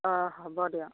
অঁ হ'ব দিয়ক